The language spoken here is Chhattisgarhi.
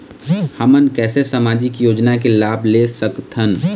हमन कैसे सामाजिक योजना के लाभ ले सकथन?